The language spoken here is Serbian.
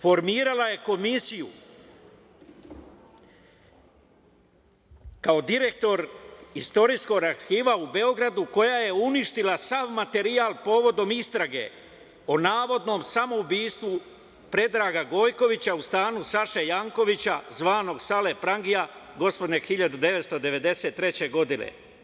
Formirala je komisiju kao direktor Istorijskog arhiva u Beogradu, koja je uništila sav materijal povodom istrage o navodnom samoubistvu Predraga Gojkovića u stanu Saše Jankovića, zvanog Sale prangija, gospodnje 1993. godine.